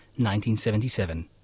1977